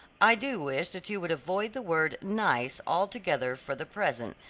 i do wish that you would avoid the word nice altogether for the present,